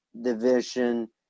division